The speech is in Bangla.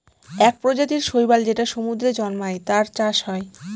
এক প্রজাতির শৈবাল যেটা সমুদ্রে জন্মায়, তার চাষ হয়